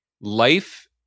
life